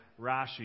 Rashi